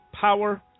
power